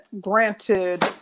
granted